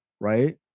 Right